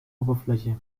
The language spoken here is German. oberfläche